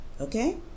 Okay